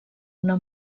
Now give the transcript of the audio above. una